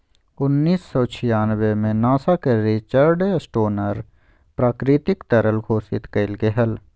उन्नीस सौ छियानबे में नासा के रिचर्ड स्टोनर प्राकृतिक तरल घोषित कइलके हल